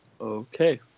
Okay